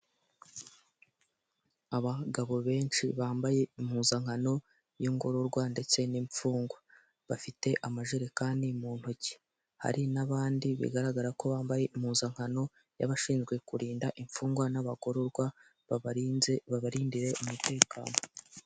Abagabo benshi bambaye impuzankano y'ingororwa ndetse n'imfungwa, bafite amajerekani mu ntoki hari n'abandi bigaragara ko bambaye impuzankano y'abashinzwe kurinda imfungwa n'abagororwa babarinze babarindire umutekano.